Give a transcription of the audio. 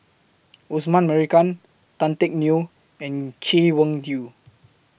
Osman Merican Tan Teck Neo and Chay Weng Yew